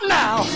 now